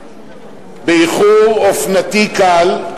באיחור אופנתי קל,